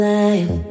life